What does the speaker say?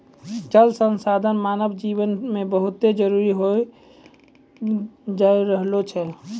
जल संसाधन मानव जिवन मे बहुत जरुरी होलो जाय रहलो छै